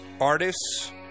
artists